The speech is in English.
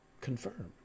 confirm